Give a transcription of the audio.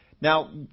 Now